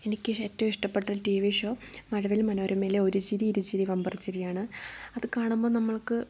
എനിക്ക് ഏറ്റവും ഇഷ്ടപ്പെട്ട ടി വി ഷോ മഴവിൽ മനോരമയിലെ ഒരു ചിരി ഇരു ചിരി ബംബർ ചിരിയാണ് അതു കാണുമ്പം നമ്മൾക്ക്